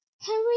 Harry